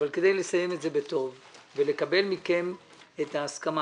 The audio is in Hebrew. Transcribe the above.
אבל כדי לסיים את זה בטוב ולקבל מכם את ההסכמה,